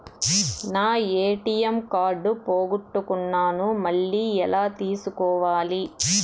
నా ATM card పోగొట్టుకున్నాను, మళ్ళీ ఎలా తీసుకోవాలి?